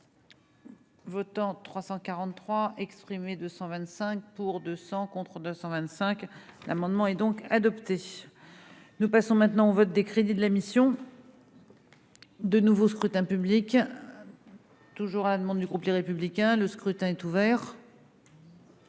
Votants : 343 exprimés 225 pour deux cents contre 225 l'amendement et donc adopté, nous passons maintenant au vote des crédits de la mission. De nouveau scrutin public, toujours à la demande du groupe, les républicains, le scrutin est ouvert.